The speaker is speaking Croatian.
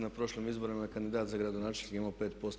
Na prošlim izborima je kandidat za gradonačelnika imao 5%